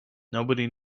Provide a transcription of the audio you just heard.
nobody